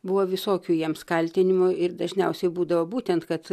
buvo visokių jiems kaltinimų ir dažniausiai būdavo būtent kad